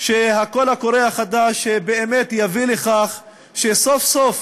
שהקול הקורא החדש באמת יביא לכך שסוף-סוף